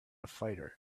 fighter